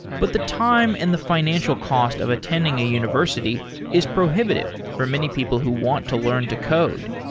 but the time and the financial cost of attending a university is prohibitive for many people who want to learn to code.